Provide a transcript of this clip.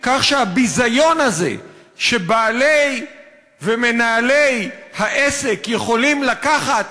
כך שהביזיון הזה שבעלי ומנהלי העסק יכולים לקחת